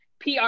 pr